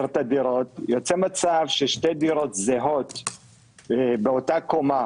כי שתי דירות באותו קומה